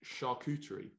charcuterie